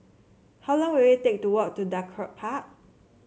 how long will it take to walk to Draycott Park